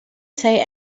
say